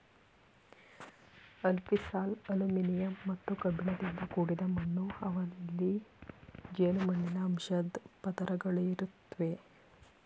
alfisol aluminium ಮತ್ತು ಕಬ್ಬಿಣದಿಂದ ಕೂಡಿದ ಮಣ್ಣು ಅವಲ್ಲಿ ಜೇಡಿಮಣ್ಣಿನ ಅಂಶದ್ ಪದರುಗಳಿರುತ್ವೆ